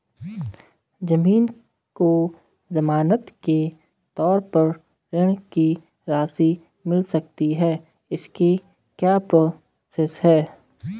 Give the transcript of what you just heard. ज़मीन को ज़मानत के तौर पर ऋण की राशि मिल सकती है इसकी क्या प्रोसेस है?